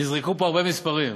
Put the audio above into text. נזרקו פה הרבה מספרים.